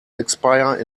expire